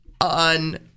on